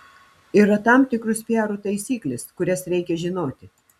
yra tam tikros piaro taisykles kurias reikia žinoti